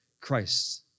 Christ